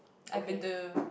I been to